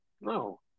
no